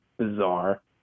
bizarre